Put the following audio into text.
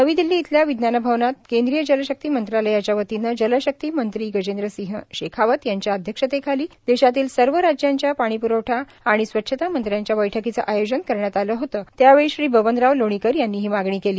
नवी दिल्ली इथल्या विज्ञान भवनात केंद्रीय जलशक्ती मंत्रालयाच्या वतीने जलशक्ती मंत्री गजेंद्रसिंह शेखावत यांच्या अध्यक्षतेखाली देशातील सर्व राज्यांच्या पाणीप्रवठा आणि स्वच्छता मंत्र्यांच्या बैठकीचं आयोजन करण्यात आलं होत त्यावेळी श्री बबनराव लोणीकर यांनी ही मागणी केली